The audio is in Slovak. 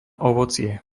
ovocie